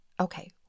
Okay